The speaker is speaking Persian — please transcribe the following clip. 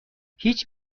هیچ